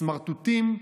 סמרטוטים,